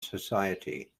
society